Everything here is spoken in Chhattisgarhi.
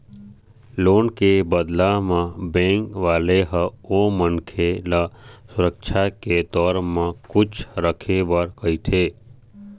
लोन के बदला म बेंक वाले ह ओ मनखे ल सुरक्छा के तौर म कुछु रखे बर कहिथे